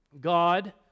God